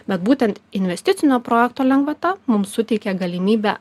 bet būtent investicinio projekto lengvata mums suteikia galimybę